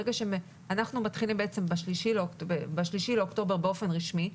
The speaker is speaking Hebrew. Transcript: אנחנו בעצם מתחילים ב-3 באוקטובר באופן רשמי,